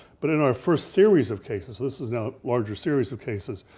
but in our first series of cases, this is now a larger series of cases,